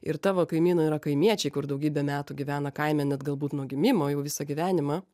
ir tavo kaimynai yra kaimiečiai kur daugybę metų gyvena kaime net galbūt nuo gimimo jau visą gyvenimą